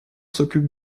s’occupe